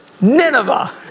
Nineveh